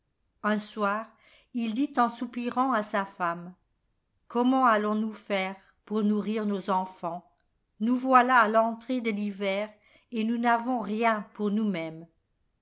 un soir il dit en soupirant à sa femme comment allons-nous faire pour nourrir nos enfants nous voilà à l'entrée de l'hiver et nous n'avons rien pour nous-mêmes